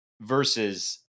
versus